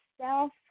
self